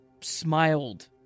smiled